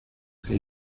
che